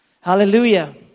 Hallelujah